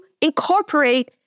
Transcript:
incorporate